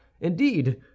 Indeed